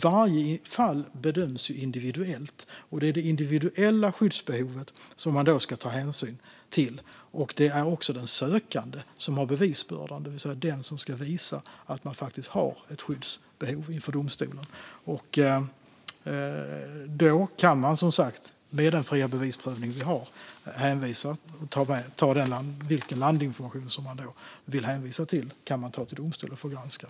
Varje fall bedöms dock individuellt, och det är det individuella skyddsbehovet som man ska ta hänsyn till. Det är också den sökande som har bevisbördan och som ska visa domstolen att den har ett skyddsbehov. Den landinformation som man vill hänvisa till kan man som sagt, med den fria bevisprövning vi har, ta till domstol och få granskad.